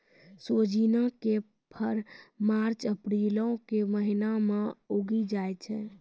सोजिना के फर मार्च अप्रीलो के महिना मे उगि जाय छै